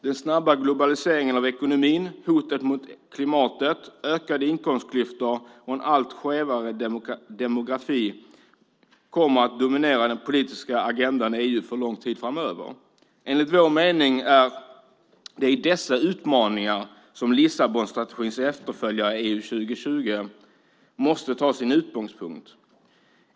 Den snabba globaliseringen av ekonomin, hotet mot klimatet, ökande inkomstklyftor och en allt skevare demografi kommer att dominera den politiska agendan i EU under lång tid framöver. Enligt vår mening är det i dessa utmaningar som Lissabonstrategins efterföljare, EU 2020, måste ta sin utgångspunkt.